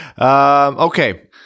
Okay